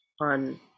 on